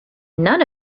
none